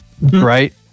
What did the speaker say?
right